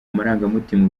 amarangamutima